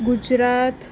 Gujarat